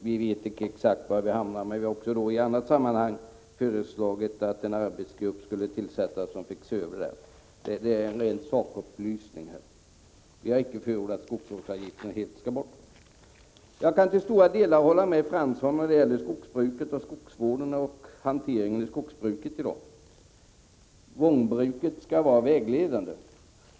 Vi vet inte exakt var vi hamnar, men vi har i andra sammanhang föreslagit att en arbetsgrupp tillsätts för att se över frågan. Detta säger jag bara som en sakupplysning. Vi har inte förordat att skogsvårdsavgiften helt skall bort. Jag kan till stor del hålla med Jan Fransson om det han säger om skogsvården och hanteringen av skogsbruket i dag. Mångbruket skall vara vägledande.